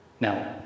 Now